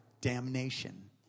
damnation